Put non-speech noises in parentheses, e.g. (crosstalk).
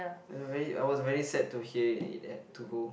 (noise) very I was very sad to hear it it had to go